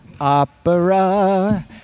opera